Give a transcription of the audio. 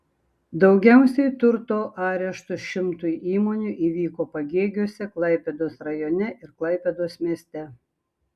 daugiausiai turto areštų šimtui įmonių įvyko pagėgiuose klaipėdos rajone ir klaipėdos mieste